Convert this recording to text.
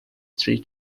three